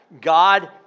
God